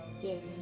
Yes